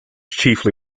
chiefly